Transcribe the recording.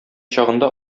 чагында